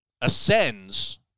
ascends